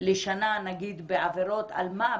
לשנה נגיד בעבירות אלמ"ב,